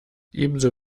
ebenso